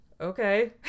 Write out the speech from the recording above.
okay